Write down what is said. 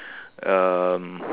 um